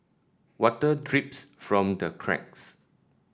water drips from the cracks